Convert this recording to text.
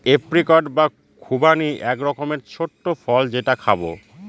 apricot বা খুবানি এক রকমের ছোট্ট ফল যেটা খাবো